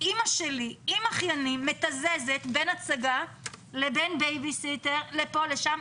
אמא שלי עם אחיינים מתזזת בין הצגה לבין בייביסיטר לבין פה ושם,